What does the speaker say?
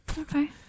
Okay